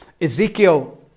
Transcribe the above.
Ezekiel